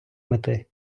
мети